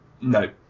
No